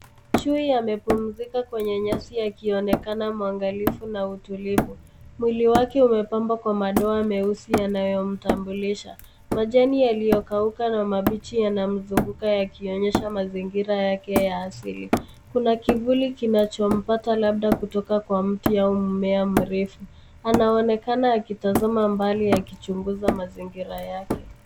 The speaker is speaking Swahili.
Chui amepumzika kwenye nyasi akionekana mwangalifu na mtulivu. Mwili wake umepambwa kwa madoa meusi yanayomtambulisha. Majani yaliyokauka na mabichi yanamzunguka yakionyesha mazingira yake ya asili. Kuna kivuli kinachompata labda kutoka kwa mti au mmea mrefu. Anaonekana akitazama mbali akichunguza mazingira yake.